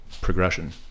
progression